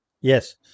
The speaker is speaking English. Yes